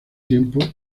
tiempo